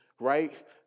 right